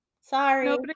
sorry